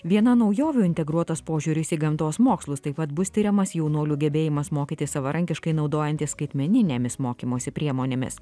viena naujovių integruotas požiūris į gamtos mokslus taip pat bus tiriamas jaunuolių gebėjimas mokytis savarankiškai naudojantis skaitmeninėmis mokymosi priemonėmis